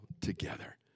together